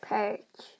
Perch